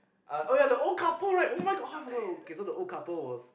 uh oh ya the couple right [oh]-my-god how I forgot okay so the old couple was